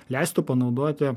leistų panaudoti